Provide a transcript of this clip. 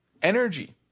Energy